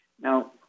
Now